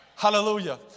Hallelujah